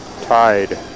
tied